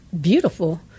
beautiful